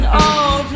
old